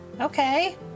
Okay